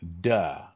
duh